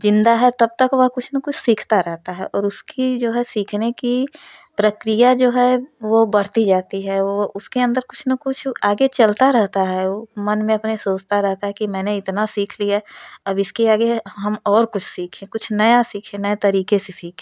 जिन्दा है तब तक वह कुछ न कुछ सीखता रहता है उसकी जो है सीखने की प्रक्रिया जो है वो बढ़ती जाती है उसके अंदर कुछ न कुछ आगे चलता रहता है मन में अपने सोचता रहता है कि मैंने इतना सीख लिया अब इसके आगे हम और कुछ सीखें कुछ नया सीखें नए तरीके से सीखें